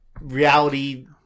reality